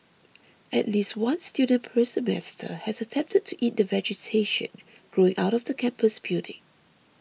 at least one student per semester has attempted to eat the vegetation growing out of the campus building